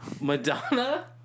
Madonna